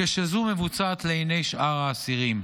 כשזו מבוצעת לעיני שאר האסירים,